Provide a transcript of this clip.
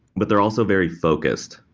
but they're also very focused.